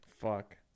Fuck